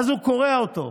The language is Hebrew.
ואז הוא קורע אותו.